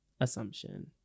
assumption